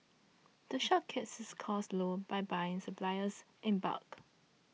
the shop keeps its costs low by buying its suppliers in bulk